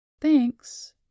Thanks